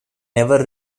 never